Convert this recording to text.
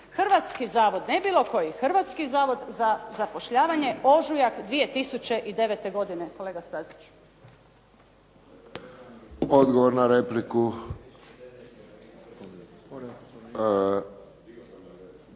Hrvatski zavod, ne bilo koji, Hrvatski zavod za zapošljavanje, ožujak 2009. godine kolega Staziću. **Friščić,